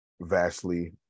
vastly